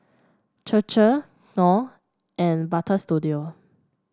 Chir Chir Knorr and Butter Studio